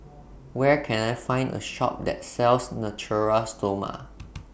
Where Can I Find A Shop that sells Natura Stoma